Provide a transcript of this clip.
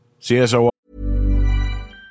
CSO